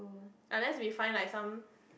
unless we find like some